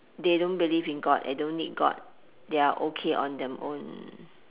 they don't believe in god they don't need god they are okay on them own